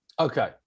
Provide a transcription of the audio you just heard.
Okay